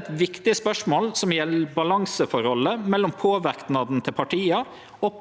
eit viktig spørsmål, som gjeld balanseforholdet mellom påverknaden til partia og påverknaden til veljarane. Eg noterer med glede at det er brei støtte i komiteen til forslaget frå regjeringa om å avskaffe høvet til å gje personstemmer ved stortingsval.